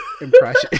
impression